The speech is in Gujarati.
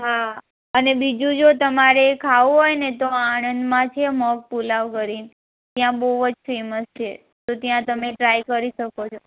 હા અને બીજું જો તમારે ખાવું હોય ને તો આણંદમાં છે મગપુલાવ કરીને ત્યાં બહુ જ ફેમસ છે તો ત્યાં તમે ટ્રાય કરી શકો છો